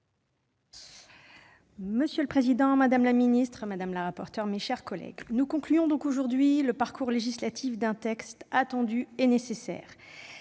Monsieur le président, madame la secrétaire d'État, mes chers collègues, nous concluons aujourd'hui le parcours législatif d'un texte attendu et nécessaire.